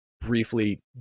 briefly